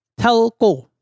telco